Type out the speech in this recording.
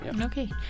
Okay